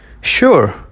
Sure